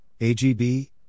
AGB